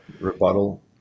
Rebuttal